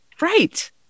Right